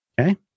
Okay